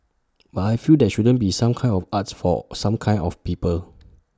but I feel there shouldn't be some kinds of arts for some kinds of people